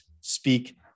speak